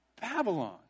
Babylon